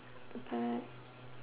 the back